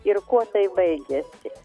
ir kuo tai baigisi